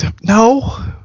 No